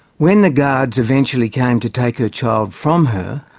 when the guards eventually came to take her child from her,